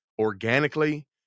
organically